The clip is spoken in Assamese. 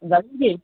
যাবি নি